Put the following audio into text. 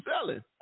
selling